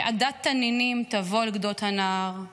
שעדת תנינים תבוא על גדות הנהר /